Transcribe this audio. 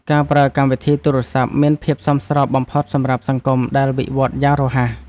ការប្រើកម្មវិធីទូរសព្ទ មានភាពសមស្របបំផុតសម្រាប់សង្គមដែលវិវត្តន៍យ៉ាងរហ័ស។